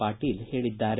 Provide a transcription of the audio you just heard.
ಪಾಟೀಲ್ ಹೇಳಿದ್ದಾರೆ